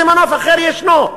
איזה מנוף אחר ישנו?